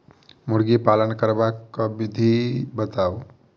मुर्गी पालन करबाक विधि बताऊ?